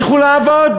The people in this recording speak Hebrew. לכו לעבוד.